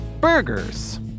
burgers